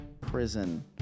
prison